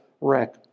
wreck